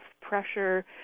pressure